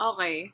Okay